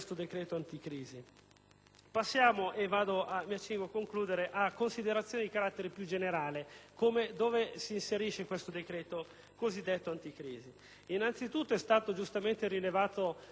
Passiamo - e mi accingo a concludere - a considerazioni di carattere più generale: dove si inserisce questo decreto cosiddetto anticrisi? Innanzitutto é stato giustamente rilevato dal relatore che